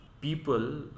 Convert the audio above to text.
people